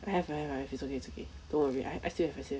I have I have I have it's okay it's okay don't worry I still have I still have